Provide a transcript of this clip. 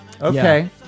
Okay